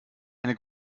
eine